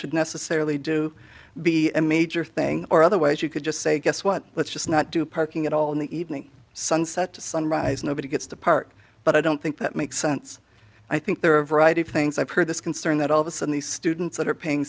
should necessarily do be a major thing or otherwise you could just say guess what let's just not do parking at all in the evening sunset to sunrise nobody gets to park but i don't think that makes sense i think there are a variety of things i've heard this concern that all of us in these students that are paying